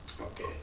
Okay